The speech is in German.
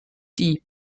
die